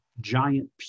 giant